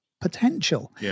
potential